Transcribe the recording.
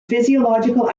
physiological